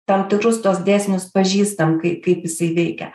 tam tikrus tuos dėsnius pažįstam kaip kaip jisai veikia